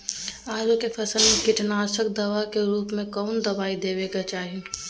आलू के फसल में कीटनाशक दवा के रूप में कौन दवाई देवे के चाहि?